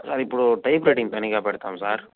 లేదు ఇప్పుడు type writing తనీగా పెడదాము సార్